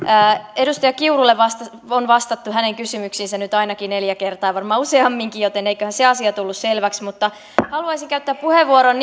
edustaja kiurun kysymyksiin on vastattu nyt ainakin neljä kertaa varmaan useamminkin joten eiköhän se asia tullut selväksi mutta haluaisin käyttää puheenvuoron